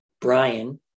Brian